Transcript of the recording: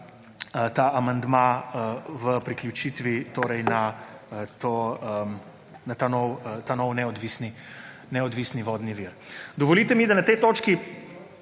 ta amandma, v priključitvi na ta novi neodvisni vodni vir. Dovolite mi, da na tej točki